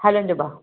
हलंदो भाउ